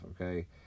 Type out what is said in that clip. okay